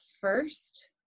first